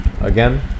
again